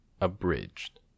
abridged